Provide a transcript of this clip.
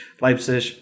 Leipzig